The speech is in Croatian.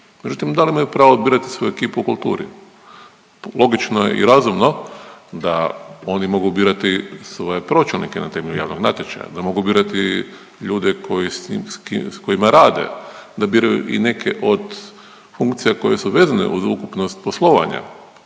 Međutim da li imaju pravo birati svoju ekipu u kulturi. Logično je i razumno da oni mogu birati svoje pročelnike na temelju javnog natječaja, da mogu birati ljude koji s kojima rade, da biraju i neke od funkcija koje su vezane uz ukupnost poslovanja